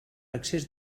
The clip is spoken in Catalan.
excés